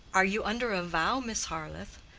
are you under a vow, miss harleth?